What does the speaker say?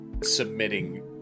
submitting